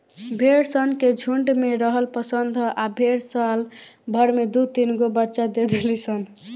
भेड़ सन के झुण्ड में रहल पसंद ह आ भेड़ साल भर में दु तीनगो बच्चा दे देली सन